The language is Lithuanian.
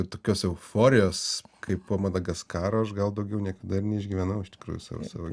tokios euforijos kaip po madagaskaro aš gal daugiau niekada ir neišgyvenau iš tikrųjų sav savo